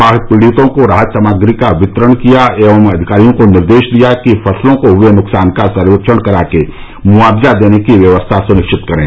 बाढ़ पीड़ितों को राहत सामग्री का वितरण किया एवं अधिकारियों को निर्देश दिया कि फसलों को हुए नुकसान का सर्वेक्षण करा कर के मुआवजा देने की व्यवस्था सुनिश्चित करें